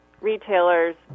retailers